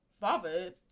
fathers